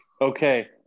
Okay